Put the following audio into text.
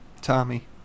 Tommy